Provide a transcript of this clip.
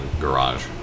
garage